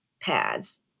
pads